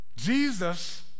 Jesus